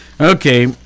Okay